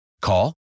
Call